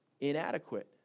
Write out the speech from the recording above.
inadequate